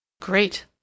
Great